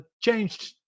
changed